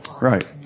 Right